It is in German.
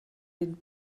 den